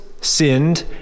sinned